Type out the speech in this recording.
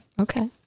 Okay